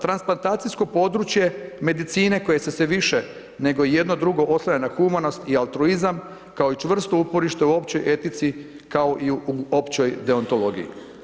Transplantacijsko područje medicine, koje se sve više nego jedno drugo … na humanost i altruizam kao i čvrsto uporište u općoj etici kao i u općoj deontologiji.